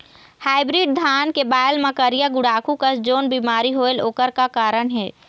Hybrid धान के बायेल मां करिया गुड़ाखू कस जोन बीमारी होएल ओकर का कारण हे?